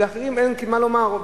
ולאחרים אין מה לומר.